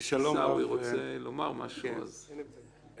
עיסאווי פריג' רוצה לומר משהו אז בבקשה.